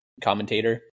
commentator